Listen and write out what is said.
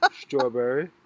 Strawberry